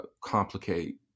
complicate